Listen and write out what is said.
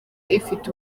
ifite